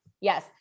Yes